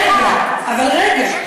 רגע, אבל רגע.